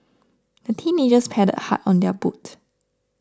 the teenagers paddled hard on their boat